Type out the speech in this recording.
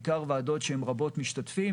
בעיקר ועדות שהן רבות משתתפים,